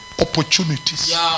opportunities